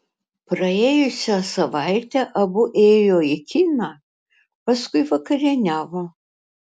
praėjusią savaitę abu ėjo į kiną paskui vakarieniavo